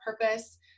purpose